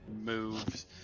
moves